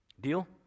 Deal